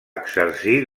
exercir